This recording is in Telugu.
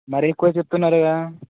మరీ ఎక్కువ చెప్తున్నారు కదా